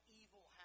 evil